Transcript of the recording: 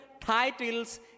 titles